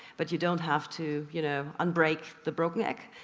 but you don't have to, you know, un-break the broken egg.